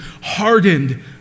hardened